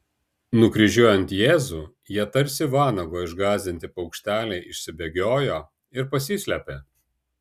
nukryžiuojant jėzų jie tarsi vanago išgąsdinti paukšteliai išsibėgiojo ir pasislėpė